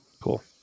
cool